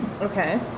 Okay